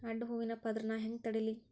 ಅಡ್ಡ ಹೂವಿನ ಪದರ್ ನಾ ಹೆಂಗ್ ತಡಿಲಿ?